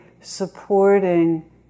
supporting